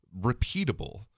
repeatable